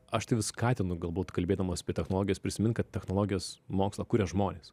aš tai skatinu galbūt kalbėdamas apie technologijas prisimint kad technologijos mokslą kuria žmonės